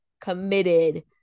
committed